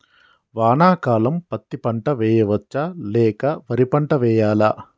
వానాకాలం పత్తి పంట వేయవచ్చ లేక వరి పంట వేయాలా?